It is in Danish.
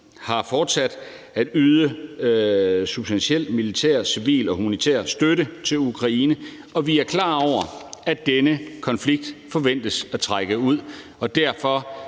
er fortsat med at yde substantiel militær, civil og humanitær støtte til Ukraine, og vi er klar over, at denne konflikt forventes at trække ud. Derfor